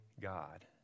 God